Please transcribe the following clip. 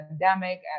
pandemic